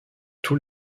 tous